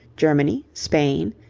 germany, spain,